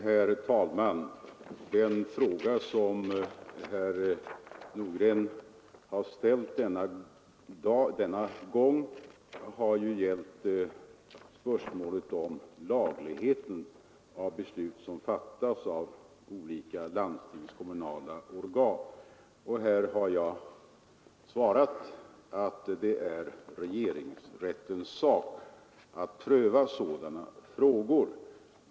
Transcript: Herr talman! Den fråga som herr Nordgren ställt denna gång har ju gällt spörsmålet om lagligheten av beslut som fattas av olika landstingskommunala organ, och jag har svarat att det är regeringsrättens sak att pröva sådana frågor.